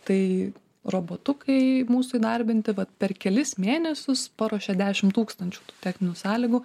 tai robotukai mūsų įdarbinti vat per kelis mėnesius paruošia dešim tūkstančių techninių sąlygų